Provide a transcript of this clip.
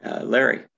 Larry